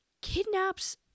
kidnaps